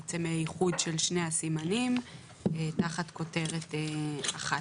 זה בעצם איחוד של שני הסימנים תחת כותרת אחת.